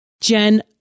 Jen